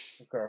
Okay